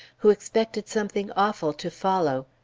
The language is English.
who expected something awful to follow.